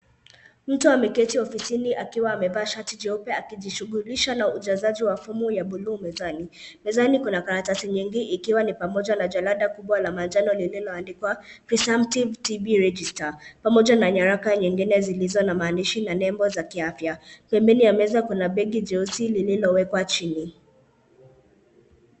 Mtu ameketi ofisini akiwa amevaa shati jeupe akijishughulisha na ujazaji wa fomu ya buluu mezani. Mezani kuna karatasi nyingi ikiwa ni pamoja na jalada kubwa la manjano lililoandikwa Presumptive TB Register pamoja na nyaraka zingine zilizo na maandishi na nembo za kiafya. Pembeni ya meza kuna begi jeusi lililowekwa chini.